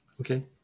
okay